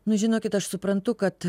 nu žinokit aš suprantu kad